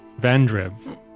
Vandrev